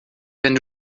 wenn